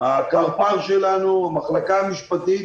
הקרפ"ר שלנו, המחלקה המשפטית,